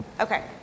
Okay